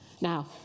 Now